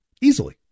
easily